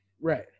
right